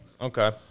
Okay